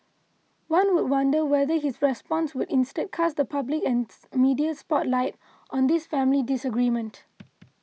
one would wonder whether his response would instead cast the public and media spotlight on this family disagreement